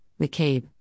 McCabe